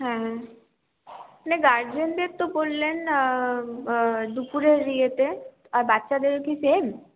হ্যা তাহলে গার্ডিয়ানদের তো বললেন না দুপুরের ইয়েতে আর বাচ্চাদের কি সেম